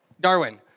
Darwin